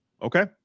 Okay